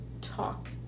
talk